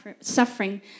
suffering